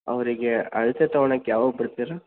ಅವರಿಗೆ ಅಳತೆ ತಗೊಳೋಕ್ ಯಾವಾಗ ಬರ್ತೀರಾ